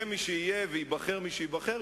יהיה מי שיהיה וייבחר מי שייבחר,